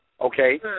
okay